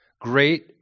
Great